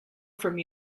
from